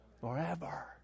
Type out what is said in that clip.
Forever